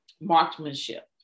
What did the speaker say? marksmanship